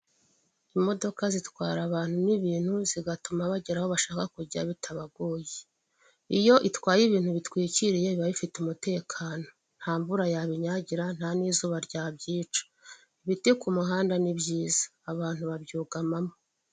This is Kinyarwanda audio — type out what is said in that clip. Imodoka zitwara abantu n'ibintu zigatuma bagera aho bashaka kujya bitabagoye. Iyo itwaye ibintu bitwikiriye biba bifite umutekano, nta mvura yabinyagira nta n'izuba ryabyica. Ibiti ku muhanda ni byiza abantu babyugamamo.